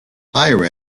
higher